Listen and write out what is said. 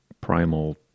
primal